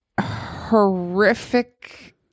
horrific